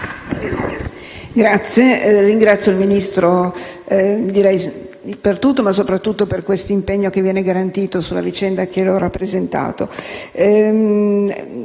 *(PD)*. Ringrazio il Ministro per tutto, ma soprattutto per l'impegno che viene garantito sulla vicenda che ho rappresentato.